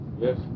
yes